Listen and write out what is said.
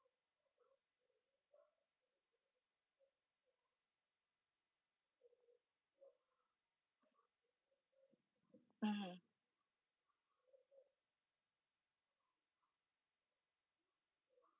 mm